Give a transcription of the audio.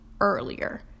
earlier